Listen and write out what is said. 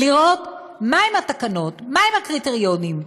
לראות מהן התקנות, מהם הקריטריונים,